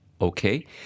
Okay